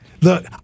Look